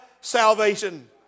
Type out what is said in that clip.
salvation